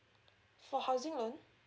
for housing loan